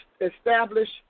establish